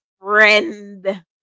friend